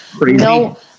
No